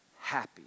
happy